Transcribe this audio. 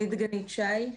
דגנית שי,